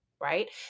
right